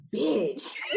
Bitch